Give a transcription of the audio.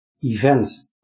events